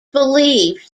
believed